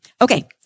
Okay